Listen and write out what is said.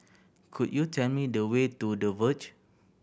could you tell me the way to The Verge